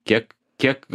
kiek kiek